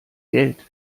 geld